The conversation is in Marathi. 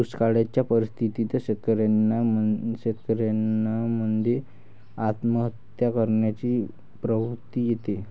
दुष्काळयाच्या परिस्थितीत शेतकऱ्यान मध्ये आत्महत्या करण्याची प्रवृत्ति येते